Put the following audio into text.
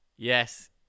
Yes